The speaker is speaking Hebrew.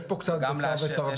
יש פה קצת ביצה ותרנגולת,